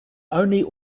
only